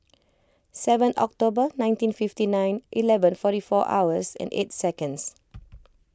seven October nineteen fifty nine eleven forty four hours and eight seconds